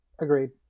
agreed